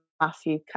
Matthew